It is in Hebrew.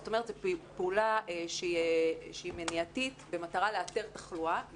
זו פעולה שהיא מניעתית במטרה לאתר תחלואה לפני,